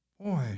Boy